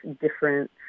different